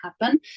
happen